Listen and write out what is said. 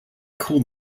called